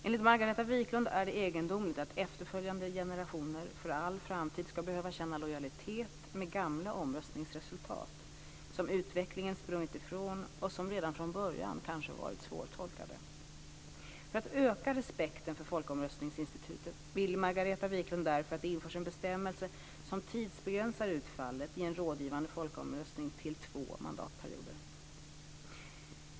Enligt Margareta Viklund är det egendomligt att efterföljande generationer för all framtid ska behöva känna lojalitet med gamla omröstningsresultat som utvecklingen sprungit ifrån och som redan från början kanske varit svårtolkade. För att öka respekten för folkomröstningsinstitutet vill Margareta Viklund därför att det införs en bestämmelse som tidsbegränsar utfallet i en rådgivande folkomröstning till två mandatperioder.